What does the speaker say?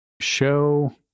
show